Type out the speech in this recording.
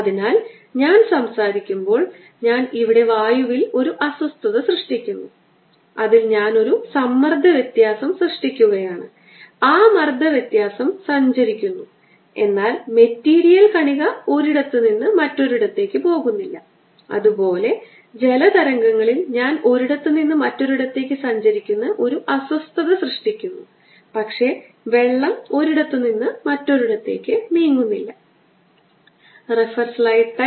അതിനാൽ ഓവർലാപ്പിംഗ് മേഖലയിലെ ഒരു ഇലക്ട്രിക് ഫീൽഡ് നെറ്റ് ഫീൽഡ് ആകാൻ പോകുന്നു ഇത് ഇലക്ട്രിക് ഫീൽഡ് E 1 ന്റെ ആകെത്തുകയാണ് ഇത് പോസിറ്റീവ് ചാർജും E 2 ഉം നെഗറ്റീവ് ചാർജ് മൂലമാണ്